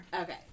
Okay